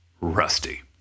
Rusty